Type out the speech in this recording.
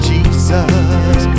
Jesus